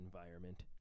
environment